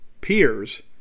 peers